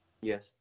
Yes